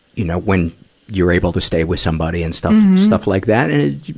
you know, when you're able to stay with somebody and stuff, stuff like that, and,